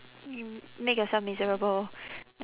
m~ make yourself miserable